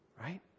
right